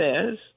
says